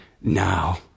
now